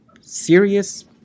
serious